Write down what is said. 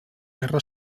guerra